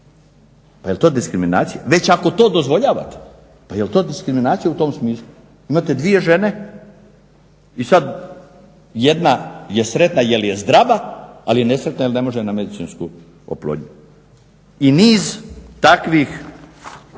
Pa jel' to diskriminacija već ako to dozvoljavate? Pa jel' to diskriminacija u tom smislu? Imate dvije žene i sad jedna je sretna jer je zdrava, ali nesretna je jer ne može na medicinsku oplodnju. I niz takvih,